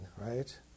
right